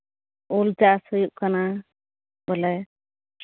ᱩᱞ ᱪᱟᱥ ᱦᱩᱭᱩᱜ ᱠᱟᱱᱟ ᱵᱚᱞᱮ